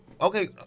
okay